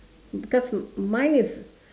because mine is